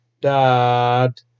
Dad